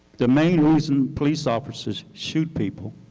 the main reason police officer shoot people